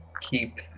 keep